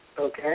Okay